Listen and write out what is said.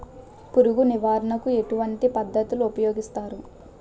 పురుగు నివారణ కు ఎటువంటి పద్ధతులు ఊపయోగిస్తారు?